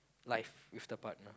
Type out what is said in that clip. life with the partner